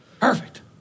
Perfect